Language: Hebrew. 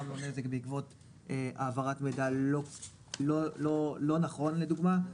לו נזק בעקבות העברת מידע לא נכון לדוגמה,